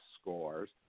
scores